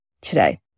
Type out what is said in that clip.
today